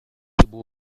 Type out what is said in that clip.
الطبيب